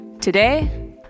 today